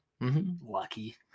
Lucky